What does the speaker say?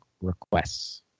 requests